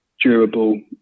durable